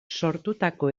sortutako